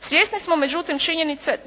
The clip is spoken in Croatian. Svjesni smo međutim činjenice